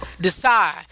Decide